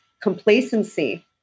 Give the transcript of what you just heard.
complacency